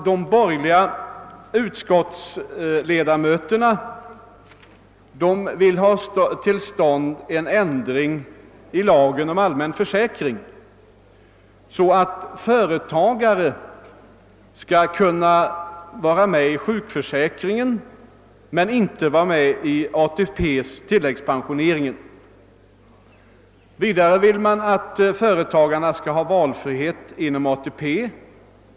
De borgerliga riksdagsledamöterna vill ha till stånd en ändring i lagen om allmän försäkring så att företagare skall kunna vara med i sjukförsäkringen utan att behöva vara med i ATP. Vidare vill man att företagarna skall ha valfrihet inom ATP.